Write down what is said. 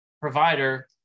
provider